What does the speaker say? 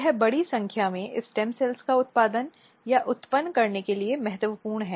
यह बड़ी संख्या में स्टेम सेल्स का उत्पादन या उत्पन्न करने के लिए महत्वपूर्ण है